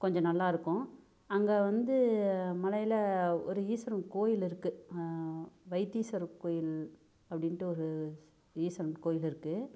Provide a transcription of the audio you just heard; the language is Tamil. கொஞ்சம் நல்லா இருக்கும் அங்கே வந்து மலையில் ஒரு ஈஸ்வரன் கோயில் இருக்குது வைத்தீஸ்வரன் கோயில் அப்படின்டு ஒரு ஈஸ்வரன் கோயில் இருக்குது